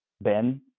Ben